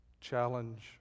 challenge